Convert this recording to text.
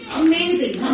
amazing